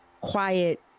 quiet